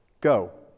Go